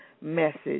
message